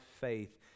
faith